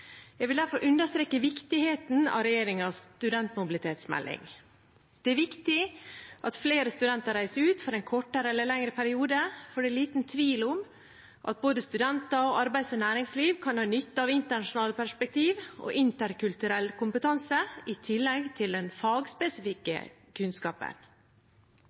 Jeg vil derfor understreke viktigheten av regjeringens studentmobilitetsmelding. Det er viktig at flere studenter reiser ut for en kortere eller lengre periode, for det er liten tvil om at både studenter og arbeids- og næringsliv kan ha nytte av internasjonale perspektiv og interkulturell kompetanse i tillegg til den fagspesifikke